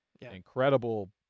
incredible